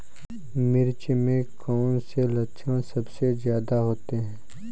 मिर्च में कौन से लक्षण सबसे ज्यादा होते हैं?